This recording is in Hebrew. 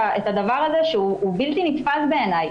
שהוא בלתי נתפס בעיניי?